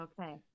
Okay